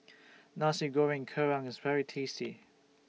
Nasi Goreng Kerang IS very tasty